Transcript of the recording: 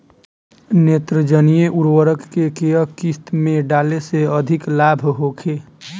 नेत्रजनीय उर्वरक के केय किस्त में डाले से अधिक लाभ होखे?